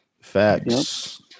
Facts